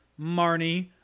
Marnie